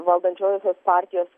valdančiosios partijos